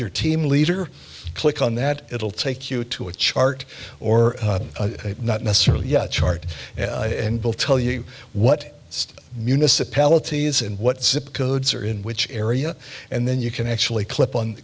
your team leader click on that it'll take you to a chart or not necessarily yet chart will tell you what municipalities and what zip codes are in which area and then you can actually clip on